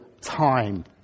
time